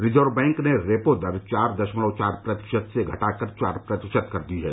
reserve bank ने repo दर चार दशमलव चार प्रतिशत से घटाकर चार प्रतिशत कर दी है